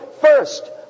First